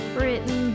written